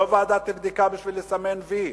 לא ועדת בדיקה בשביל לסמן "וי",